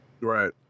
Right